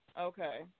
okay